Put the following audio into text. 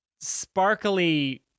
sparkly